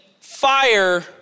fire